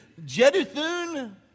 Jeduthun